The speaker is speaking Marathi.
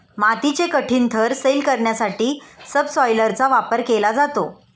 मातीचे कठीण थर सैल करण्यासाठी सबसॉयलरचा वापर केला जातो